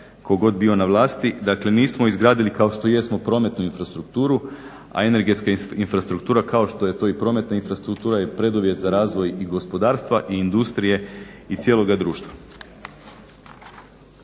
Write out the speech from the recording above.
tko god bio na vlasti dakle nismo izgradili kao što jesmo prometnu infrastrukturu, a energetska infrastruktura kao što je to i prometna infrastruktura je preduvjet za razvoj i gospodarstva i industrije i cijeloga društva.